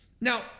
now